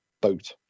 boat